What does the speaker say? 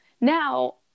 now